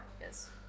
yes